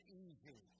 easy